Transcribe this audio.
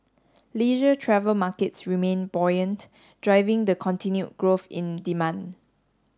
leisure travel markets remain buoyant driving the continued growth in demand